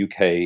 UK